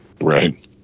Right